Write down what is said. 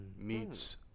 meets